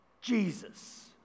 Jesus